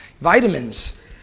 vitamins